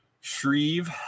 Shreve